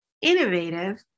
innovative